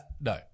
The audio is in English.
No